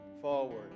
forward